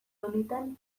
honetan